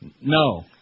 No